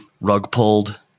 rug-pulled